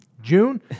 June